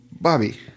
Bobby